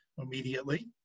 immediately